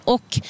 Och